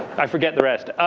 i forget the rest.